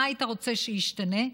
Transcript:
מה היית רוצה שישתנה?